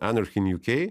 anarchy in ju kei